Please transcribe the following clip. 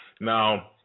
Now